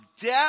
death